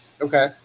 okay